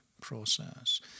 process